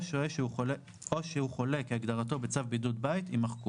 שהוא חולה כהגדרתו בצו בידוד בית" יימחקו.